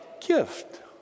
gift